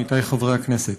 עמיתיי חברי הכנסת,